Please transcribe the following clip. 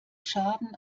schaden